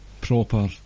proper